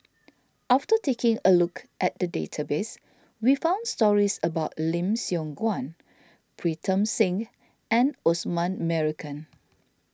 after taking a look at the database we found stories about Lim Siong Guan Pritam Singh and Osman Merican